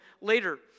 later